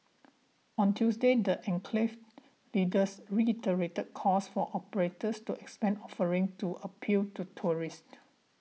on Tuesday the enclave's leaders reiterated calls for operators to expand offerings to appeal to tourists